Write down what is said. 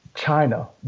China